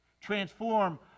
Transform